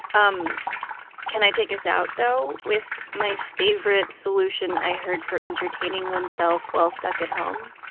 um can i take us out, though, with my favorite solution i heard for entertaining oneself while stuck at home?